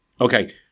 Okay